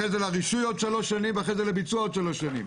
אחרי זה לרישוי עוד שלוש שנים ואחרי זה לביצוע עוד שלוש שנים,